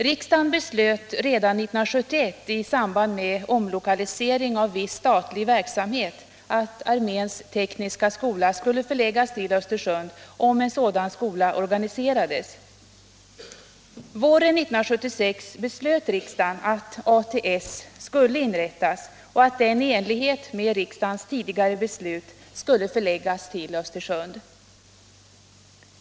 Riksdagen beslöt redan 1971 i samband med omlokaliseringar i statlig verksamhet att arméns tekniska skola skulle förläggas till Östersund, om en sådan skola organiserades.